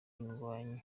indwanyi